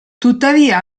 tuttavia